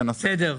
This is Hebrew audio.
בסדר.